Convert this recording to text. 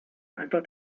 einfach